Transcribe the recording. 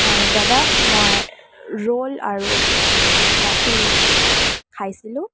দাদা মই ৰ'ল আৰু কফি খাইছিলোঁ